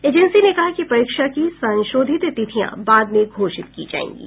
agency ने कहा कि परीक्षा की संशोधित तिथियां बाद में घोषित की जाएंगी